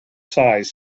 size